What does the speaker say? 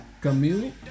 Camille